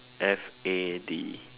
F A D